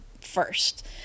first